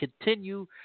continue